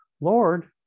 Lord